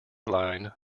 line